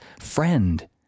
friend